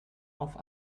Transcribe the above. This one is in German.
auf